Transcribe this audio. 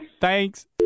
Thanks